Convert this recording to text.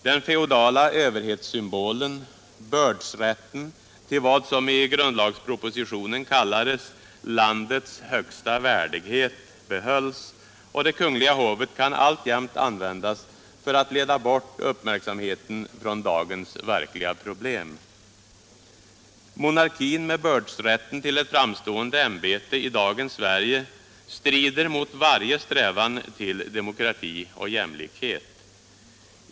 Den feodala överhetssymbolen, bördsrätten till vad som i grundlagspropositionen kallades ”landets högsta värdighet”, behölls, och det kungliga hovet kan alltjämt användas för att leda bort uppmärksamheten från dagens verkliga problem. Monarkin med bördsrätten till ett framstående ämbete i dagens Sverige strider mot varje strävan till demokrati och jämlikhet.